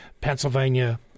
Pennsylvania